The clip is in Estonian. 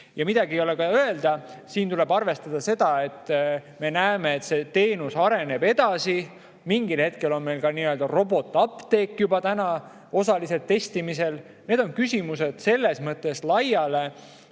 Ja midagi ei ole öelda, siin tuleb arvestada seda, et me näeme, et see teenus areneb edasi, meil on ka nii-öelda robotapteek juba osaliselt testimisel. Need küsimused on selles mõttes laiale